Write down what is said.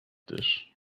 dish